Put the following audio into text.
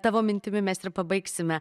tavo mintimi mes ir pabaigsime